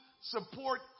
support